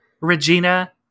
Regina